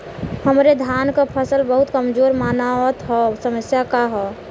हमरे धान क फसल बहुत कमजोर मनावत ह समस्या का ह?